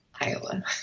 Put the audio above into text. Iowa